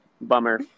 Bummer